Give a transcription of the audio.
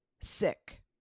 sick